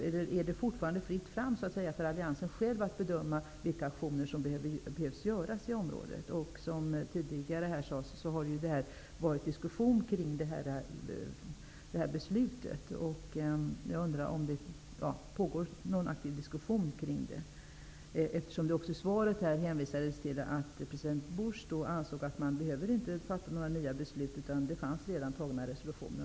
Eller är det fortfarande fritt fram för alliansen att bedöma vilka aktioner som behöver göras i området? Som tidigare sades här har det förts diskussioner kring detta beslut. Pågår det nu någon aktiv diskussion? I svaret hänvisades till att president Bush inte ansåg att man behövde fatta några nya beslut, eftersom det redan fanns antagna resolutioner.